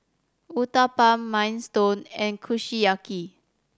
Uthapam Minestrone and Kushiyaki